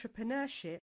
entrepreneurship